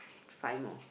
five more